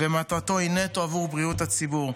ומטרתו היא נטו בעבור בריאות הציבור.